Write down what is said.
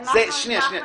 אם כך,